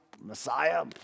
Messiah